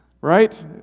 right